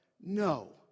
No